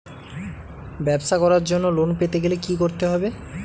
ব্যবসা করার জন্য লোন পেতে গেলে কি কি করতে হবে?